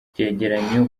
icyegeranyo